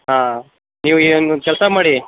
ಹಾಂ ನೀವು ಒಂದು ಕೆಲಸ ಮಾಡಿ